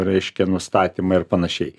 reiškia nustatymą ir panašiai